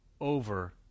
over